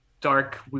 dark